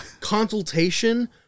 consultation